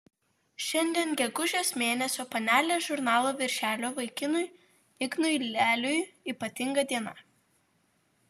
šiandien gegužės mėnesio panelės žurnalo viršelio vaikinui ignui leliui ypatinga diena